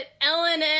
Ellen